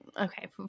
Okay